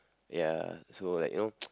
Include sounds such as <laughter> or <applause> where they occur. ya so like you know <noise>